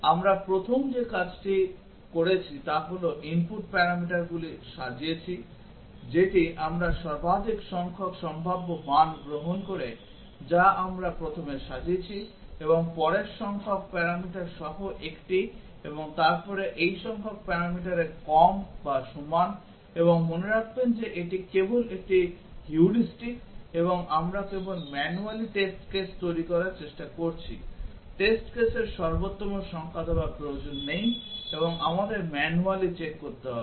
আমরা প্রথম যে কাজটি করেছি তা হল আমরা input প্যারামিটারগুলি সাজিয়েছি যেটি আমরা সর্বাধিক সংখ্যক সম্ভাব্য মান গ্রহণ করে যা আমরা প্রথমে সাজিয়েছি এবং পরের সংখ্যক প্যারামিটার সহ একটি এবং তারপরে এই সংখ্যক প্যারামিটারের কম বা সমান এবং মনে রাখবেন যে এটি কেবল একটি heuristic এবং আমরা কেবল ম্যানুয়ালি টেস্ট কেস তৈরি করার চেষ্টা করছি টেস্ট কেসের সর্বোত্তম সংখ্যা দেওয়ার প্রয়োজন নেই এবং আমাদের ম্যানুয়ালি চেক করতে হবে